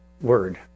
word